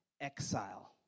exile